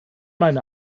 meine